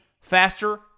faster